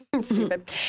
stupid